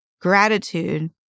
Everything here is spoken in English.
gratitude